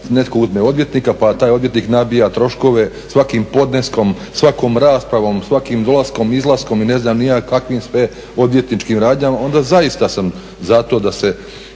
netko uzme odvjetnika pa taj odvjetnik nabija troškove svakim podneskom, svakom raspravom, svakim dolaskom, izlaskom i ne znam ni ja kakvim sve odvjetničkim radnjama, onda zaista sam za to da se